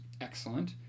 excellent